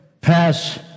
pass